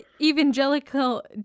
evangelical